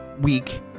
week